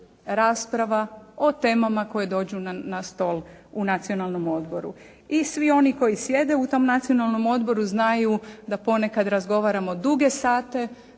rasprava o temama koje dođu na stol u Nacionalnom odboru. I svi oni koji sjede u tom Nacionalnom odboru znaju da ponekad razgovaramo duge sate,